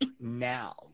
now